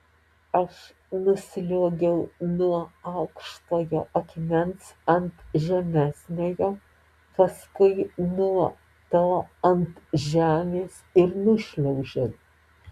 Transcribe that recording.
aš nusliuogiau nuo aukštojo akmens ant žemesniojo paskui nuo to ant žemės ir nušliaužiau